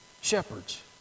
shepherds